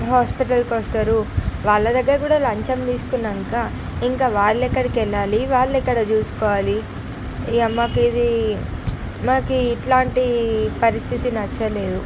హాస్పిటల్కి వస్తారు వాళ్ళ దగ్గర కూడా లంచం తీసుకున్నాక ఇంకా వాళ్ళెక్కడికి వెళ్ళాలి వాళ్ళు ఎక్కడ చూసుకోవాలి ఈ అమ్మకిది మాకు ఇట్లాంటి పరిస్థితి నచ్చలేదు